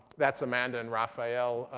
that's amanda and rafael,